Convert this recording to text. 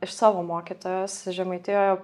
iš savo mokytojos žemaitijoje